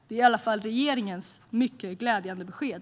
Det är i alla fall regeringens mycket glädjande besked.